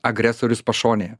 agresorius pašonėj